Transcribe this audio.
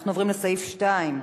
אנחנו עוברים לסעיף 2,